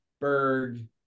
Berg